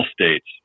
states